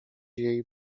jej